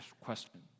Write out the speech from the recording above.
question